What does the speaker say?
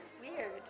weird